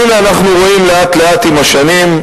והנה אנחנו רואים לאט-לאט עם השנים,